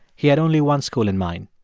he had only one school in mind,